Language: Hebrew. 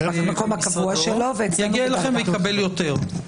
יגיע אליכם ויקבל יותר.